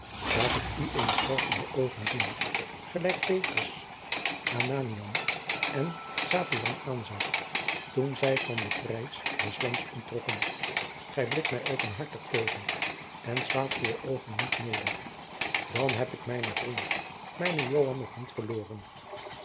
laat ik u eens scherp in de oogen zien gelijk petrus ananiam en saphiram aanzag toen zij van den prijs des lands onttrokken gij blikt mij openhartig tegen en slaat uwe oogen niet neder dan heb ik mijnen vriend mijnen joan nog niet verloren